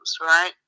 right